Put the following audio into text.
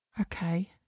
Okay